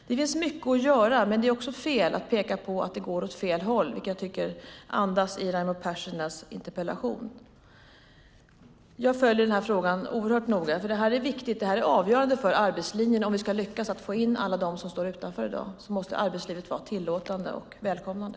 Det finns mycket att göra, men det är fel att peka på att det går åt fel håll, vilket jag tycker att Raimo Pärssinens interpellation andas. Jag följer den här frågan oerhört noga. Det här är avgörande för arbetslinjen. Om vi ska lyckas få in alla dem som står utanför i dag måste arbetslivet vara tillåtande och välkomnande.